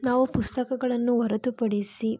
ನಾವು ಪುಸ್ತಕಗಳನ್ನು ಹೊರತುಪಡಿಸಿ